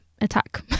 attack